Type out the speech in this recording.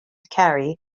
carey